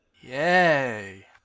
Yay